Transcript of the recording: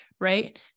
right